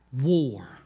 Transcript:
war